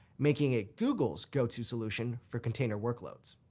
making it google's go-to solution for container workloads.